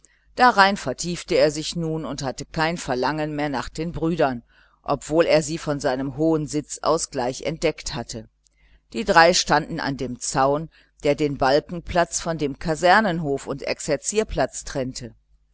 darein vertiefte er sich nun und hatte kein verlangen mehr nach den brüdern obwohl er sie von seinem hohen sitz ans gleich entdeckt hatte die drei standen an dem zaun der den balkenplatz von dem kasernenhof und exerzierplatz trennte